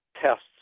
tests